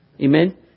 Amen